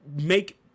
make